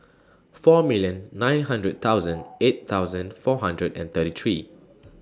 four million nine hundred thousand eight thousand four hundred and thirty three